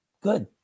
Good